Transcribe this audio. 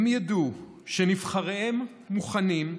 הם ידעו שנבחריהם מוכנים,